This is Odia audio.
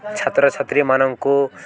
ଛାତ୍ରଛାତ୍ରୀମାନଙ୍କୁ